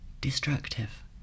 destructive